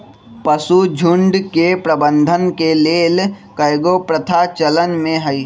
पशुझुण्ड के प्रबंधन के लेल कएगो प्रथा चलन में हइ